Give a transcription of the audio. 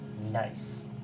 Nice